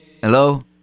Hello